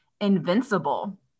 invincible